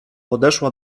podeszła